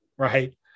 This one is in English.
Right